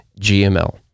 GML